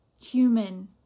human